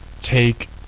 take